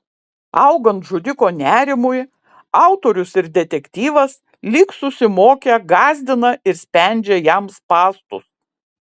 augant žudiko nerimui autorius ir detektyvas lyg susimokę gąsdina ir spendžia jam spąstus